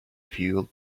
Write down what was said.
fueled